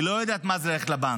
היא לא יודעת מה זה ללכת לבנק.